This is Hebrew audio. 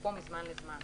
כתוקפו מזמן לזמן."